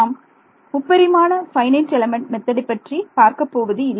நாம் முப்பரிமாண FEM பற்றி பார்க்கப் போவது இல்லை